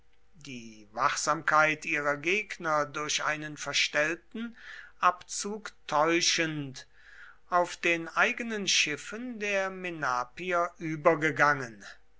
die wachsamkeit ihrer gegner durch einen verstellten abzug täuschend auf den eigenen schiffen der menapier übergegangen